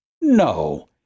No